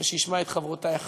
ושישמע את חברותי אחרי,